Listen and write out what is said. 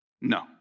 No